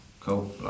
cool